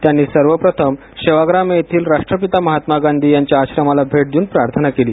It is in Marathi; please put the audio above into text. त्यांनी सर्वप्रथम सेवाग्राम येथील राष्ट्रपिता महात्मा गांधी यांच्या आश्रमाला भेट देऊन प्रार्थना केला